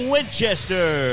Winchester